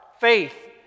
faith